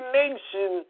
nation